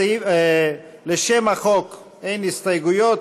לשם החוק אין הסתייגויות.